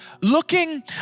looking